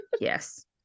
Yes